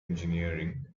engineering